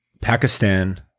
Pakistan